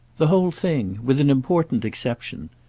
the whole thing with an important exception.